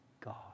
God